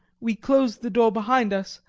we closed the door behind us,